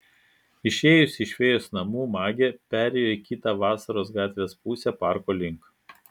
išėjusi iš fėjos namų magė perėjo į kitą vasaros gatvės pusę parko link